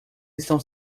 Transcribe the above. estão